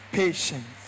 patience